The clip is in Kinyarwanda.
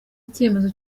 icyemezo